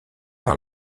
par